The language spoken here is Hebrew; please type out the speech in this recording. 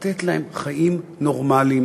לתת להם חיים נורמליים